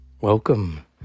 Welcome